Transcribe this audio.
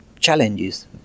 challenges